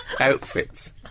outfits